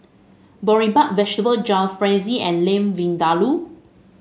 Boribap Vegetable Jalfrezi and Lamb Vindaloo